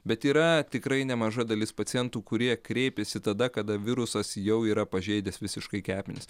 bet yra tikrai nemaža dalis pacientų kurie kreipiasi tada kada virusas jau yra pažeidęs visiškai kepenis